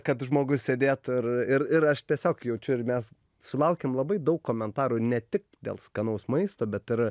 kad žmogus sėdėtų ir ir ir aš tiesiog jaučiu ir mes sulaukiam labai daug komentarų ne tik dėl skanaus maisto bet ir